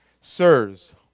Sirs